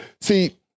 See